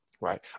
Right